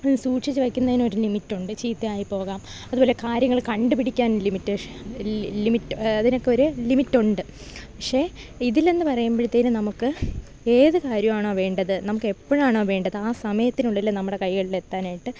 സൂക്ഷിച്ച് വെക്കുന്നതിനൊരു ലിമിറ്റുണ്ട് ചീത്തയായി പോകാം അതുപോലെ കാര്യങ്ങള് കണ്ടു പിടിക്കാൻ ലിമിറ്റേഷൻ ലിമിറ്റ് അതിനൊക്കൊരു ലിമിറ്റുണ്ട് പക്ഷേ ഇതിലെന്ന് പറയുമ്പഴ്ത്തേനും നമുക്ക് ഏത് കാര്യമാണോ വേണ്ടത് നമുക്കെപ്പോഴാണോ വേണ്ടത് ആ സമയത്തിനുള്ളില് നമ്മുടെ കൈകളിലെത്താനായിട്ട്